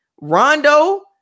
Rondo